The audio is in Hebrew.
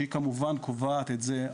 שהיא כמובן קובעת את זה,